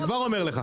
אני כבר אומר לך.